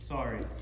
Sorry